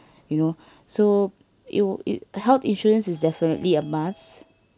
you know so it'll it health insurance is definitely a must